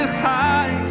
high